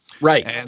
Right